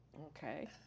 Okay